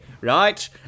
Right